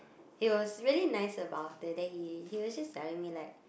it was really nice about it then he he was just telling me like